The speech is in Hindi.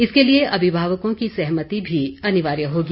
इसके लिए अभिभावकों की सहमति भी अनिवार्य होगी